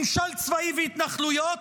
ממשל צבאי והתנחלויות,